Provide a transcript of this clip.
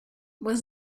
was